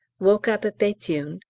woke up at bethune.